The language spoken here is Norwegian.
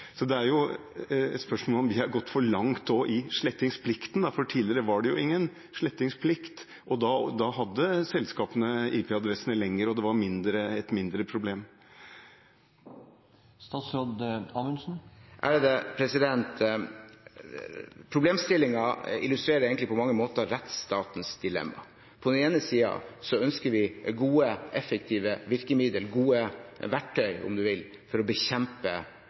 Så det er et spørsmål om man har gått for langt i slettingsplikten. Tidligere var det ingen slettingsplikt. Da hadde selskapene IP-adressene lenger, og det var et mindre problem. Problemstillingen illustrerer på mange måter rettsstatens dilemma. På den ene siden ønsker vi gode og effektive virkemidler – gode verktøy, om man vil – for å bekjempe